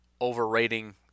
overrating